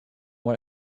what